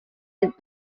and